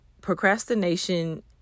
procrastination